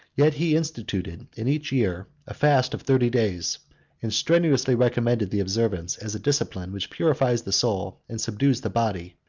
yet he instituted, in each year, a fast of thirty days and strenuously recommended the observance as a discipline which purifies the soul and subdues the body,